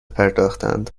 پرداختند